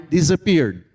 disappeared